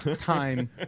time